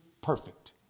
perfect